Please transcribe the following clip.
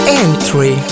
entry